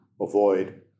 avoid